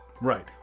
Right